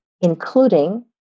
including